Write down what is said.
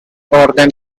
orden